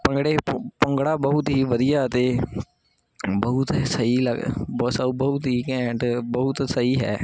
ਭੰਗੜੇ ਭ ਭੰਗੜਾ ਬਹੁਤ ਹੀ ਵਧੀਆ ਅਤੇ ਬਹੁਤ ਸਹੀ ਲੱਗ ਬਹੁ ਸ ਬਹੁਤ ਹੀ ਘੈਂਟ ਬਹੁਤ ਸਹੀ ਹੈ